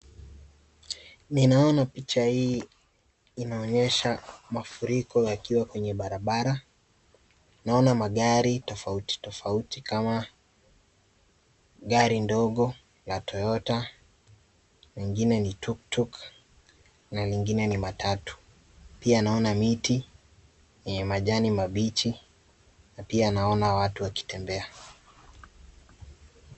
Ninaona picha hii inaonyesha mafuriko yakiwa kwenye barabara. Ninaona magari, tofauti tofauti, kama ....gari ndogo, la Toyota lingine ni tuk-tuk na lingine ni matatu, pia naona miti yenye majani mabichi. Pia ninaona watu wakitembea.